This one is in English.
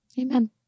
Amen